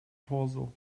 torso